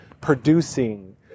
producing